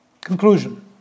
Conclusion